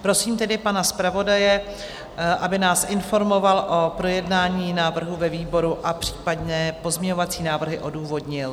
Prosím tedy pana zpravodaje, aby nás informoval o projednání návrhu ve výboru a případné pozměňovací návrhy odůvodnil.